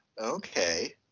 Okay